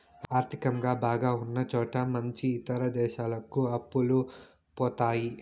ఆర్థికంగా బాగా ఉన్నచోట నుంచి ఇతర దేశాలకు అప్పులు పోతాయి